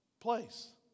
place